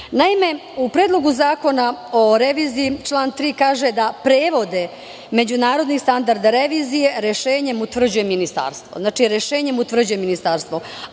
u Predlogu zakona o reviziji, član 3. kaže – da prevode međunarodnih standarda revizije, rešenjem utvrđuje Ministarstvo.